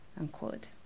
unquote